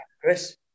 Chris